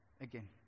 again